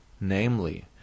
namely